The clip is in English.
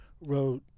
wrote